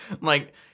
like-